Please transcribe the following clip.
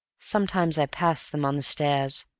sometimes i pass them on the stairs.